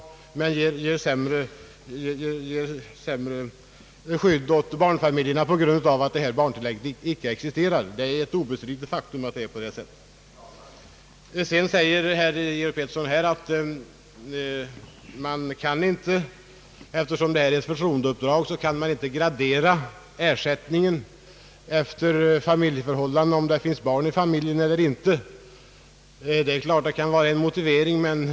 Det ger sämre skydd åt barnfamiljerna därigenom att barntillägget inte existerar. Det är ju ett obestridligt faktum att det inte existerar. Herr Georg Pettersson säger, att eftersom vi innehar förtroendeuppdrag kan man inte gradera ersättningen efter barnantalet. Det kan givetvis vara en motivering.